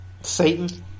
Satan